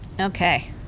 okay